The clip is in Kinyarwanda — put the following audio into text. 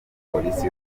polisi